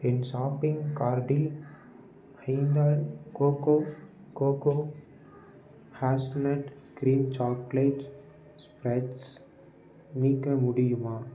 என் shopping கார்ட்டில் ஐந்தால் cocoa cocoa hazelnut cream chocolate spreads நீக்க முடியுமா